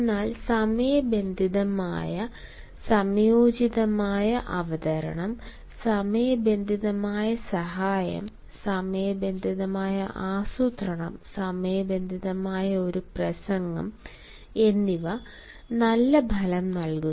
എന്നാൽ സമയബന്ധിതമായ സമയോചിതമായ അവതരണം സമയബന്ധിതമായ സഹായം സമയബന്ധിതമായ ആസൂത്രണം സമയബന്ധിതമായ ഒരു പ്രസംഗം എന്നിവ നല്ല ഫലം നൽകുന്നു